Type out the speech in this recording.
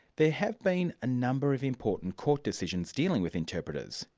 there have been a number of important court decisions dealing with interpreters,